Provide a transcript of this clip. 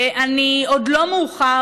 עוד לא מאוחר.